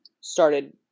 started